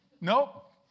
Nope